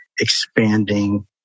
expanding